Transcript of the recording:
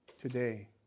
today